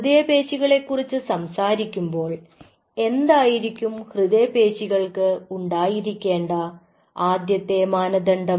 ഹൃദയപേശികളെ കുറിച്ച് സംസാരിക്കുമ്പോൾ എന്തായിരിക്കും ഹൃദയപേശികൾക്ക് ഉണ്ടായിരിക്കേണ്ട ആദ്യത്തെ മാനദണ്ഡം